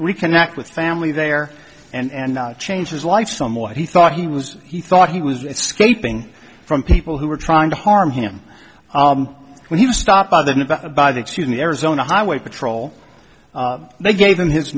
reconnect with family there and not change his life from what he thought he was he thought he was escaping from people who were trying to harm him when he was stopped by the by the excuse me arizona highway patrol they gave him his